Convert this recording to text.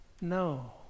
No